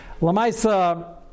Lamaisa